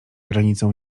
granicą